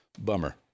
Bummer